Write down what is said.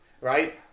right